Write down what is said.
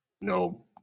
no